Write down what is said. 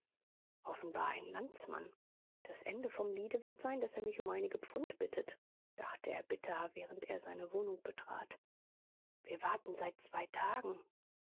offenbar ein landsmann das ende vom liede wird sein daß er mich um einige pfund bittet dachte er bitter während er seine wohnung betrat wir warten seit zwei tagen